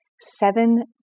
Seven